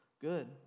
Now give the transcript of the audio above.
Good